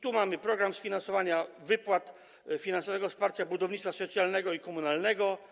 Tu mamy program sfinansowania wypłat, finansowego wsparcia budownictwa socjalnego i komunalnego.